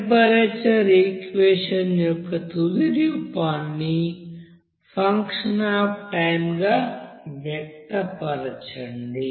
temperature equation యొక్క తుది రూపాన్ని ఫంక్షన్ అఫ్ టైం గా వ్యక్తపరచండి